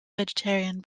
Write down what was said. vegetarian